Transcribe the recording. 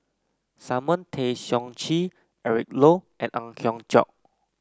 Simon Tay Seong Chee Eric Low and Ang Hiong Chiok